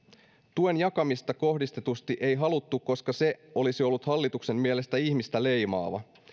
tuen jakamista kohdistetusti ei haluttu koska se olisi ollut hallituksen mielestä ihmistä leimaava